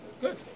good